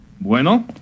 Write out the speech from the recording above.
Bueno